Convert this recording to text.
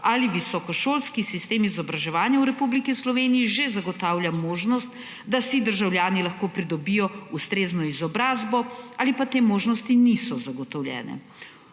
ali visokošolski sistem izobraževanja v Republiki Sloveniji že zagotavlja možnost, da si državljani lahko pridobijo ustrezno izobrazbo ali pa te možnosti niso zagotovljene.